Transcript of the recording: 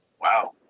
Wow